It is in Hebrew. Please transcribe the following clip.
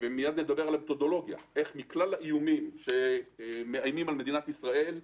ומייד נדבר על המתודולוגיה איך מכלל האיומים שיש על מדינת ישראל,